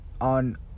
on